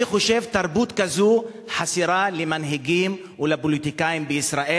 אני חושב שתרבות כזאת חסרה למנהיגים ולפוליטיקאים בישראל.